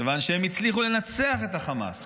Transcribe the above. כיוון שהם הצליחו לנצח את החמאס,